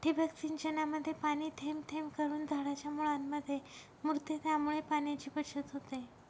ठिबक सिंचनामध्ये पाणी थेंब थेंब करून झाडाच्या मुळांमध्ये मुरते, त्यामुळे पाण्याची बचत होते